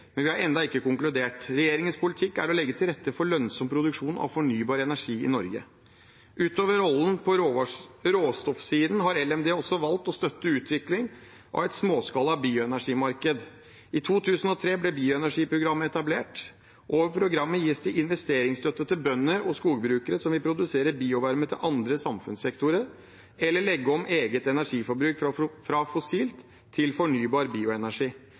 men vi har ennå ikke konkludert. Regjeringens politikk er å legge til rette for lønnsom produksjon av fornybar energi i Norge. Utover rollen på råstoffsiden har Landbruks- og matdepartementet også valgt å støtte utviklingen av et småskala bioenergimarked. I 2003 ble Bioenergiprogrammet etablert. Over programmet gis det investeringsstøtte til bønder og skogbrukere som vil produsere biovarme til andre samfunnssektorer, eller legge om eget energiforbruk fra fossil energi til fornybar bioenergi.